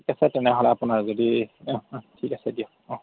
ঠিক আছে তেনেহ'লে আপোনাৰ যদি ঠিক আছে দিয়ক অ'